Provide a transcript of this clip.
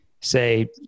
say